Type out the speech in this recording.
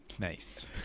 Nice